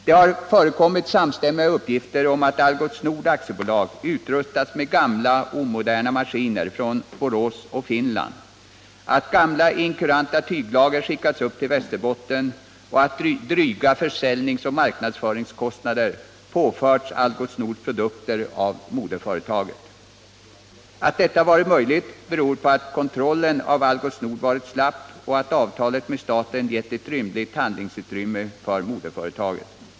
Det har förekommit samstämmiga uppgifter om att Algots Nord AB utrustades med gamla, omoderna maskiner från Borås och Finland, att gamla inkuranta tyglager skickades upp till Västerbotten och att dryga försäljningsoch marknadsföringskostnader påfördes Algots Nords produkter av moderföretaget. Att detta har varit möjligt beror på att kontrollen av Algots Nord varit slapp och att avtalet med staten gett ett stort handlingsutrymme för moderföretaget.